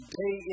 day